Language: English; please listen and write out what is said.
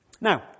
Now